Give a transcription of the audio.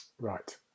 Right